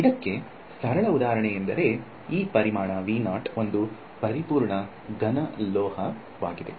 ಇದಕ್ಕೆ ಸರಳ ಉದಾಹರಣೆ ಎಂದರೆ ಈ ಪರಿಮಾಣ ಒಂದು ಪರಿಪೂರ್ಣ ಘನ ಲೋಹವಾಗಿದೆ